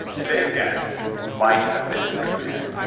today's guests might have been the burning man.